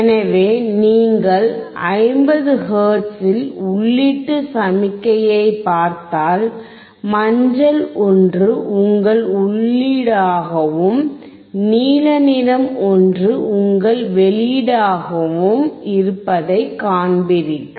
எனவே நீங்கள் 50 ஹெர்ட்ஸில் உள்ளீட்டு சமிக்ஞையைப் பார்த்தால் மஞ்சள் ஒன்று உங்கள் உள்ளீடாகவும் நீல நிறம் ஒன்று உங்கள் வெளியீடுடாகவும் இருப்பதைக் காண்கிறீர்கள்